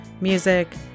music